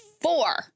Four